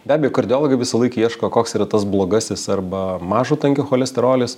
be abejo kardiologai visąlaik ieško koks yra tas blogasis arba mažo tankio cholesterolis